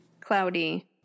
cloudy